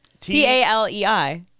T-A-L-E-I